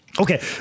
Okay